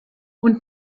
und